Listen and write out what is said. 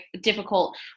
difficult